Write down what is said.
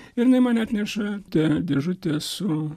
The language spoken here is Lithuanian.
ir jinai man atnešatą dėžutę su